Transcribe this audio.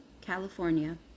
California